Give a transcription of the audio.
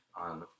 on